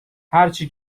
هرچی